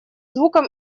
звуком